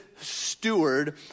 steward